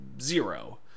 zero